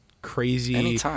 crazy